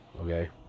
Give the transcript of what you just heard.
okay